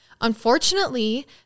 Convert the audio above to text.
unfortunately